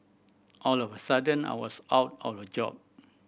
all of a sudden I was out of a job